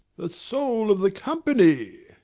the soul of the company!